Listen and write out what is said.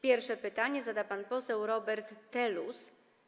Pierwsze pytanie zada pan poseł Robert Telus.